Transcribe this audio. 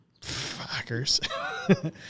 Fuckers